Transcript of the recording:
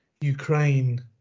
Ukraine